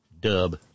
dub